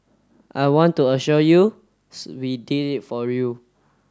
I want to assure you we did it for you